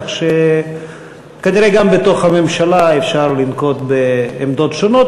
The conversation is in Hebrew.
כך שכנראה גם בתוך הממשלה אפשר לנקוט עמדות שונות,